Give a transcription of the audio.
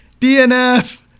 DNF